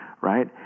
right